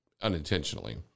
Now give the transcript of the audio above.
unintentionally